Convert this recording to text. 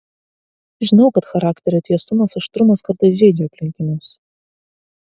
žinau kad charakterio tiesumas aštrumas kartais žeidžia aplinkinius